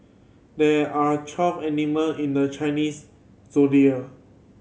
there are twelve animal in the Chinese Zodiac